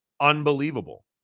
unbelievable